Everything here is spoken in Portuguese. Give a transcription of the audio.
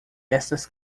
estas